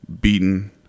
beaten